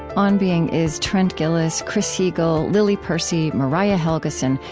on being is trent gilliss, chris heagle, lily percy, mariah helgeson,